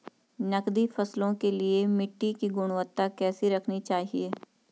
नकदी फसलों के लिए मिट्टी की गुणवत्ता कैसी रखनी चाहिए?